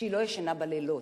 שהיא לא ישנה בלילות.